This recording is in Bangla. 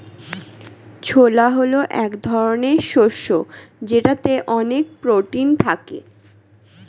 ছোলা হল এক ধরনের শস্য যেটাতে অনেক প্রোটিন থাকে